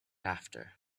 after